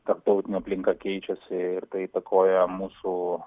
tarptautinė aplinka keičiasi ir tai įtakoja mūsų